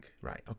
Right